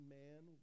man